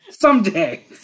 Someday